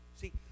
See